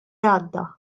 għadda